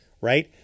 right